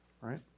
right